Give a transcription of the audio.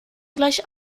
gleich